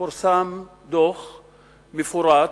פורסם דוח מפורט,